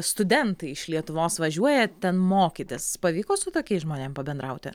studentai iš lietuvos važiuoja ten mokytis pavyko su tokiais žmonėm pabendrauti